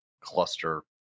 cluster